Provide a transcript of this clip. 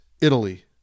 Italy